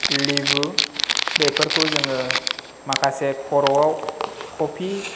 लेबु बेफोरखौ जोङो माखासे खर'आव कफि